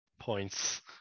points